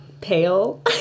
pale